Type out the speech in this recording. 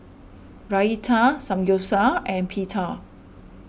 Raita Samgyeopsal and Pita